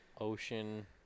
ocean